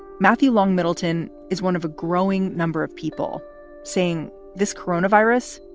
matthew long middleton is one of a growing number of people saying this coronavirus,